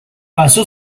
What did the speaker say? pasó